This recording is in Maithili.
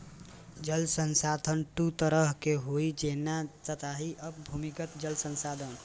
जल संसाधन दू तरहक होइ छै, जेना सतही आ भूमिगत जल संसाधन